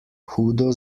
hudo